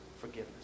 forgiveness